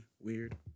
weird